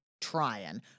trying